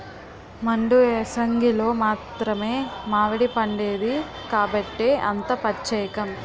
మండు ఏసంగిలో మాత్రమే మావిడిపండేది కాబట్టే అంత పచ్చేకం